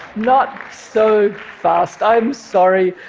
not so fast, i'm sorry.